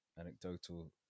anecdotal